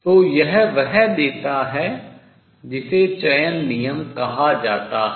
तो यह वह देता है जिसे चयन नियम कहा जाता है